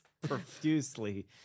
profusely